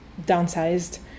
downsized